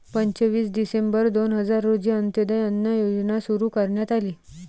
पंचवीस डिसेंबर दोन हजार रोजी अंत्योदय अन्न योजना सुरू करण्यात आली